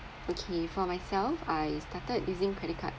okay for myself I started using credit card